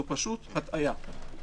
פשוט הטעיה.